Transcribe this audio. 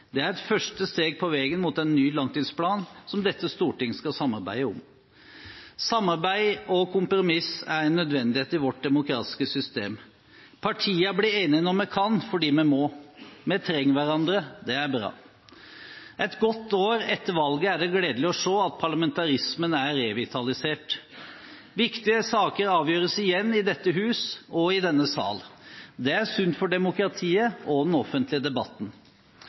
Dette er et første steg på veien mot en ny langtidsplan som dette storting skal samarbeide om. Samarbeid og kompromisser er en nødvendighet i vårt demokratiske system. Partiene blir enige når vi kan, fordi vi må. Vi trenger hverandre. Det er bra. Et godt år etter valget er det gledelig å se at parlamentarismen er revitalisert. Viktige saker avgjøres igjen i dette hus og i denne sal. Det er sunt for demokratiet og den offentlige debatten.